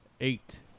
Eight